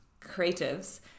creatives